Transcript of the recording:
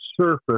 surface